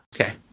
Okay